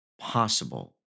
possible